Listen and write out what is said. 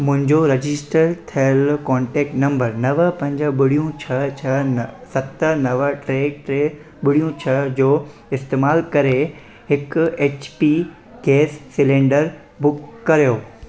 मुंइंजो register थियल contact number नव पंज ॿुड़ी छह छह सत नव टे टे ॿुड़ी छह जो इस्तेमालु करे हिकु एचपी गैस सिलेंडर बुक कयो